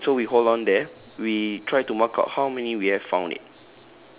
okay wait so we hold on there we try to mark out how many we have found it